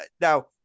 Now